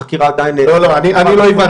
החקירה עדיין --- אני לא הבנתי,